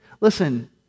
Listen